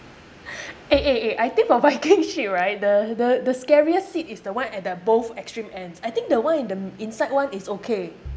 eh eh eh I think for viking ship right the the the scariest seat is the one at both extreme ends I think the one in the m~ inside one is okay